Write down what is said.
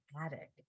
attic